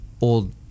old